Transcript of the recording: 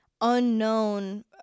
unknown